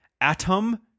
Atom